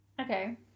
Okay